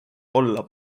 olla